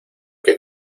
que